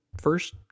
first